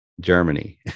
Germany